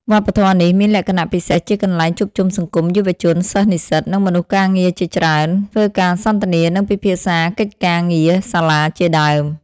វប្បធម៌នេះមានលក្ខណៈពិសេសជាកន្លែងជួបជុំសង្គម យុវជន សិស្សនិស្សិត និងមនុស្សការងារជាច្រើន ធ្វើការសន្ទនា និងពិភាក្សាកិច្ចការងារសាលាជាដើម។